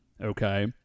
okay